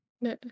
No